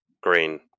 green